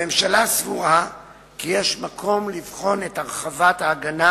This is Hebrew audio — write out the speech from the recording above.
הממשלה סבורה כי יש מקום לבחון את הרחבת ההגנה